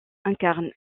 incarne